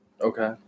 Okay